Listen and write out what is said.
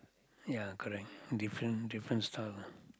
ya correct different different style